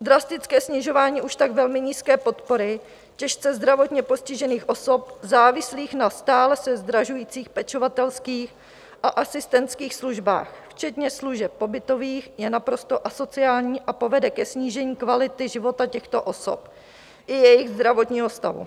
Drastické snižování už tak velmi nízké podpory těžce zdravotně postižených osob závislých na stále se zdražujících pečovatelských a asistentských službách, včetně služeb pobytových, je naprosto asociální a povede ke snížení kvality života těchto osob i jejich zdravotního stavu.